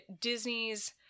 disney's